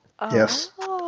Yes